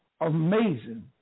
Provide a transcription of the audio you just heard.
amazing